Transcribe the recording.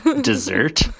dessert